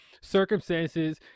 circumstances